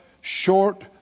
short